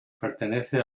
pertenece